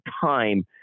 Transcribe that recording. time